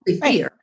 Right